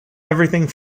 everything